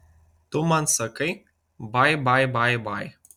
tu man sakai bai bai bai bai